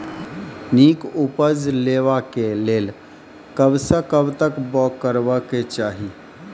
नीक उपज लेवाक लेल कबसअ कब तक बौग करबाक चाही?